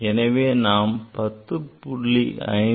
எனவே நாம் 10